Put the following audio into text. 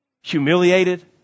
humiliated